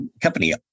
company